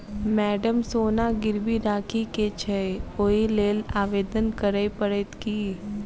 Madam सोना गिरबी राखि केँ छैय ओई लेल आवेदन करै परतै की?